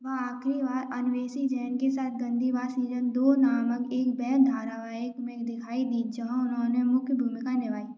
वह आखिरी बार अन्वेषी जैन के साथ गंदी बात सीज़न दो नामक एक वह धारावाहिक में दिखाई दी जहाँ उन्होंने मुख्य भूमिका निभाई